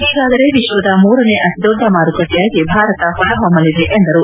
ಹೀಗಾದರೆ ವಿಶ್ವದ ಮೂರನೇ ಅತಿ ದೊಡ್ಡ ಮಾರುಕಟ್ಟೆಯಾಗಿ ಭಾರತ ಹೊರಹೊಮ್ಮಲಿದೆ ಎಂದರು